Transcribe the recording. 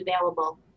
available